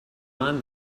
one